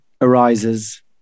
arises